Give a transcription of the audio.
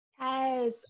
Yes